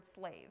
slave